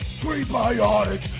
prebiotic